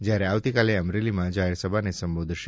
જ્યારે આવતીકાલે અમરેલીમાં જાહેરસભાને સંબોધશે